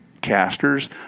casters